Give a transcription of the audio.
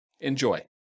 Enjoy